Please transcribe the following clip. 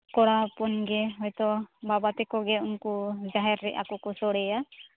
ᱠᱚᱲᱟ ᱦᱚᱯᱚᱱ ᱜᱮ ᱦᱳᱭᱛᱳ ᱵᱟᱵᱟ ᱛᱮᱠᱚ ᱜᱮ ᱩᱱᱠᱩ ᱡᱟᱦᱮᱨ ᱨᱮ ᱟᱠᱚ ᱠᱚ ᱥᱚᱲᱮᱭᱟ